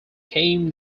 came